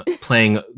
playing